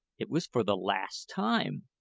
it was for the last time!